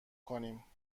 کنیم